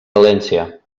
valència